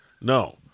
No